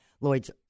Lloyd's